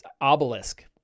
obelisk